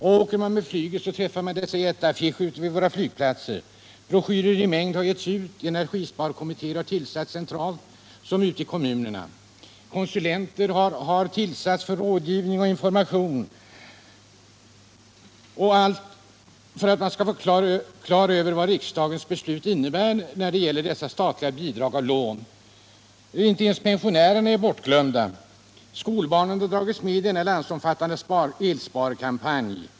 På våra flygplatser träffar man på jätteaffischer om energisparande, broschyrer i mängd har givits ut, energisparkommittéer har tillsatts såväl centralt som ute i kommunerna, och konsulenter har tillsatts för rådgivning och information — allt för att man skall komma på det klara med vad riksdagens beslut om statliga bidrag och lån för energisparande åtgärder innebär. Inte ens pensionärerna är bortglömda. Även skolbarnen har dragits med i denna omfattande energisparkampanj.